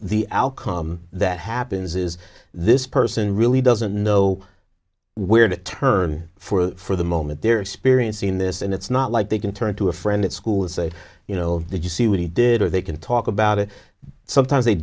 the outcome that happens is this person really does no where to turn for the moment they're experiencing this and it's not like they can turn to a friend at school and say you know did you see what he did or they can talk about it sometimes they